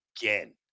again